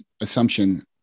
assumption